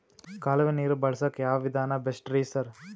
ಕಾಲುವೆ ನೀರು ಬಳಸಕ್ಕ್ ಯಾವ್ ವಿಧಾನ ಬೆಸ್ಟ್ ರಿ ಸರ್?